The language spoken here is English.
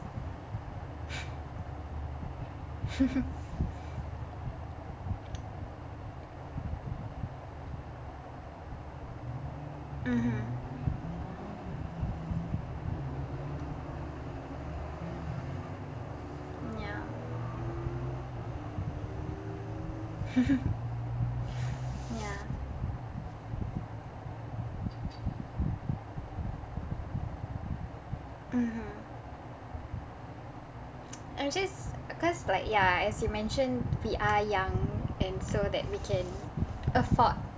mmhmm ya ya mmhmm I'm just cause like ya as you mentioned we are young and so that we can afford